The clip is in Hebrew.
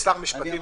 קיסר משפטים.